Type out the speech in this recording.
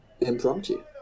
Impromptu